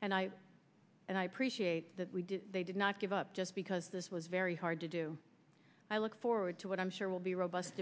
and i and i appreciate that we did they did not give up just because this was very hard to do i look forward to what i'm sure will be robust